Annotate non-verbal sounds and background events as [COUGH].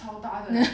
[LAUGHS]